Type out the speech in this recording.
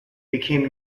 became